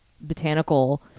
botanical